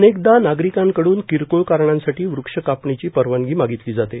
अनेकदा नार्गारकांकडून र्वकरकोळ कारणांसाठी वृक्ष कापणीची परवानगी मार्मागतली जाते